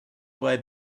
way